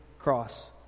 cross